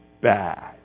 bad